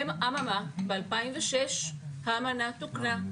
אבל ב-2006 האמנה תוקנה,